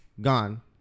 gone